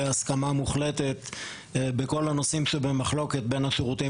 הסכמה מוחלטת בכל הנושאים שבמחלוקת בין השירותים